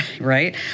Right